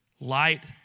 Light